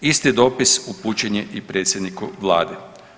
Isti dopis upućen je i predsjedniku Vlade.